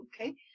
okay